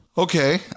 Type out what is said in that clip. Okay